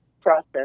process